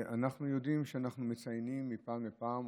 אנחנו יודעים שאנחנו מציינים מפעם לפעם,